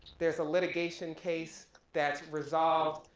there's a litigation case that's resolved,